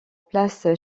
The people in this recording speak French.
place